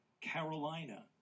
Carolina